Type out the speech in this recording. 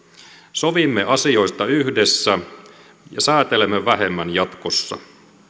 sovimme asioista yhdessä ja säätelemme vähemmän jatkossa